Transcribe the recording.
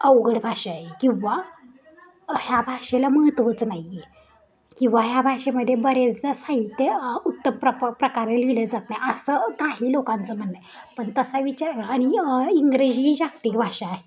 अवघड भाषा आहे किंवा ह्या भाषेला महत्त्वचं नाही आहे किंवा ह्या भाषेमध्ये बरेचदा साहित्य उत्तम प्रप प्रकारे लिहिले जात नाही असं काही लोकांचं म्हणणं आहे पण तसा विचार आणि इंग्रजी ही जागतिक भाषा आहे